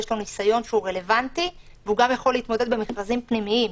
יש לו ניסיון רלוונטי והוא גם יכול להתמודד במכרזים פנימיים,